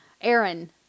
aaron